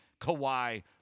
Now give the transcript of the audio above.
Kawhi